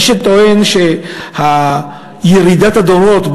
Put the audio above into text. יש מי שטוען שירידת הדורות,